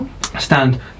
stand